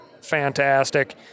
fantastic